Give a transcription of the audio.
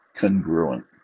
congruent